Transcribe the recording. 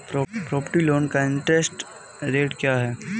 Property loan का interest rate क्या है?